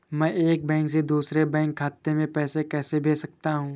मैं एक बैंक से दूसरे बैंक खाते में पैसे कैसे भेज सकता हूँ?